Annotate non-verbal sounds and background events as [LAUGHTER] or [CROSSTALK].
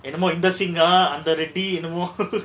என்னமோ இந்த:ennamo intha sing ah அந்த:antha retty என்னமோ:ennamo [LAUGHS]